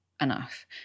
enough